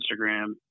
instagram